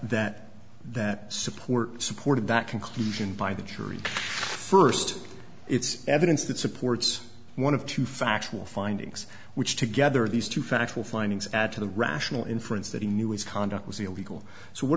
that that support supported that conclusion by the jury first it's evidence that supports one of two factual findings which together these two factual findings add to the rational inference that he knew his conduct was illegal so